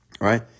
Right